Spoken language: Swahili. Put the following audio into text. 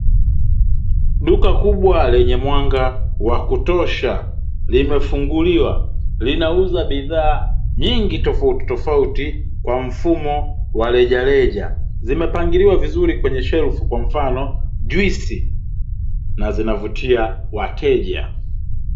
Duka kubwa lenye mwanga wa kutosha limefunguliwa, linauza bidhaa nyingi tofautitofauti kwa mfumo wa rejareja, zimepangiliwa vizuri kwenye shelfu kwa mfano juisi, na zinavutia wateja.